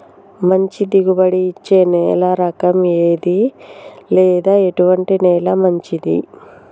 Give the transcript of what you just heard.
మంచి దిగుబడి ఇచ్చే నేల రకం ఏది లేదా ఎటువంటి నేల మంచిది?